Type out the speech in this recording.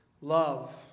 Love